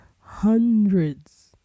hundreds